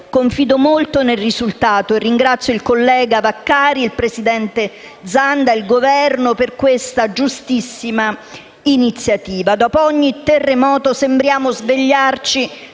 Confido molto nel risultato. Ringrazio il collega Vaccari, il presidente Zanda e il Governo per questa iniziativa giustissima. Dopo ogni terremoto sembriamo svegliarci